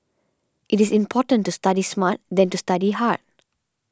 it is important to study smart than to study hard